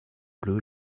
blue